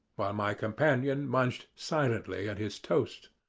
while my companion munched silently at his toast.